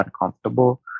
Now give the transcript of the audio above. uncomfortable